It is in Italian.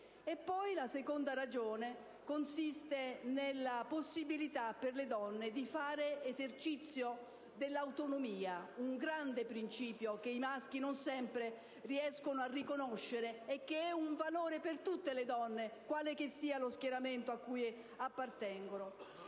in secondo luogo, vi è la possibilità per le donne di fare esercizio dell'autonomia, un grande principio che i maschi non sempre riescono a riconoscere e che è un valore per tutte le donne, quale che sia lo schieramento cui appartengono.